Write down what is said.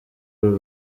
uru